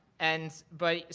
and, but,